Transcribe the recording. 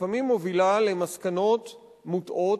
לפעמים מובילה למסקנות מוטעות,